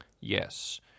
Yes